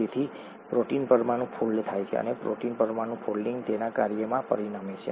તેથી પ્રોટીન પરમાણુ ફોલ્ડ થાય છે અને પ્રોટીન પરમાણુનું ફોલ્ડિંગ તેના કાર્યમાં પરિણમે છે